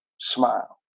smile